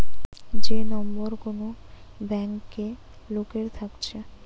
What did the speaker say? যে নম্বর কোন ব্যাংকে লোকের থাকতেছে